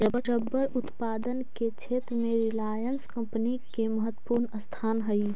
rubber उत्पादन के क्षेत्र में रिलायंस कम्पनी के महत्त्वपूर्ण स्थान हई